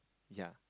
ya